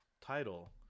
title